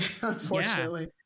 unfortunately